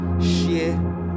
share